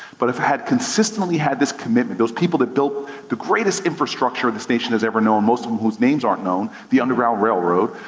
but have had consistently had this commitment. those people that built the greatest infrastructure this nation has ever known, most of whose names aren't known, the underground railroad.